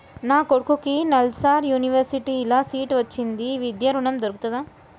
నా కొడుకుకి నల్సార్ యూనివర్సిటీ ల సీట్ వచ్చింది విద్య ఋణం దొర్కుతదా?